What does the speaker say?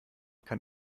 kann